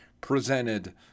presented